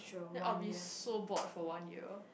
then I will be so bored for one year